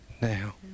now